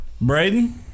Braden